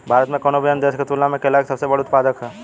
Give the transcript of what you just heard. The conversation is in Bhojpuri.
भारत कउनों भी अन्य देश के तुलना में केला के सबसे बड़ उत्पादक ह